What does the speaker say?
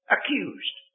Accused